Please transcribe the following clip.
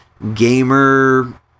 gamer